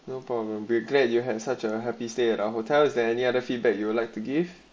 no problem we're glad you had such a happy stay at our hotel is there any other feedback you would like to give